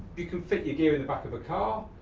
you can fit your gear in the back of a car,